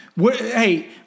Hey